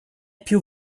più